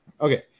Okay